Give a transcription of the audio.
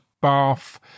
Bath